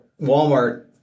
Walmart